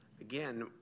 Again